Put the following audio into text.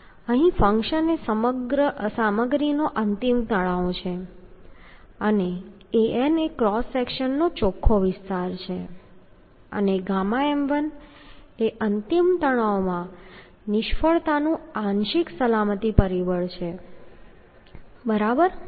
અહીં ફંક્શન એ સામગ્રીનો અંતિમ તણાવ છે અને An એ ક્રોસ સેક્શનનો ચોખ્ખો વિસ્તાર છે અને Ɣm1 એ અંતિમ તણાવમાં નિષ્ફળતાનું આંશિક સલામતી પરિબળ છે બરાબર